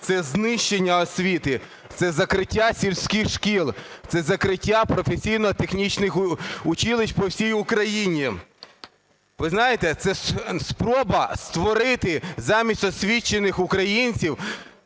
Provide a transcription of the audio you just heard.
це знищення освіти: це закриття сільських шкіл, це закриття професійно-технічних училищ по всій Україні. Ви знаєте, це спроба створити замість освічених українців,